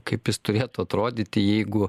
kaip jis turėtų atrodyti jeigu